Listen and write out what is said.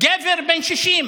גבר בן 60,